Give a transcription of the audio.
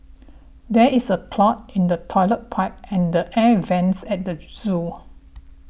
there is a clog in the Toilet Pipe and the Air Vents at the zoo